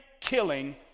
killing